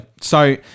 So-